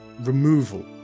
removal